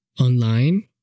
online